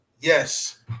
yes